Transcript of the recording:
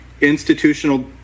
institutional